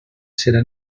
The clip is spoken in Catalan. serà